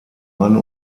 mann